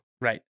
Right